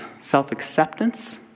self-acceptance